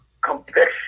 conviction